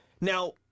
Now